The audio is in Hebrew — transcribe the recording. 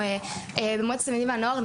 במועצת התלמידים והנוער,